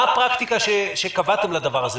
מה הפרקטיקה שקבעתם לזה?